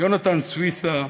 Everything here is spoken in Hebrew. יהונתן סויסה,